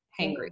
hangry